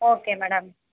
okay madam